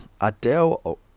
Adele